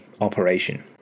operation